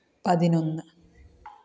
പതിനൊന്ന്